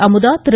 Amudha Thiru